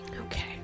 Okay